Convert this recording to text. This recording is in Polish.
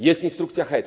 Jest instrukcja HEAD.